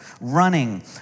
running